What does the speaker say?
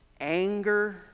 anger